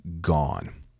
gone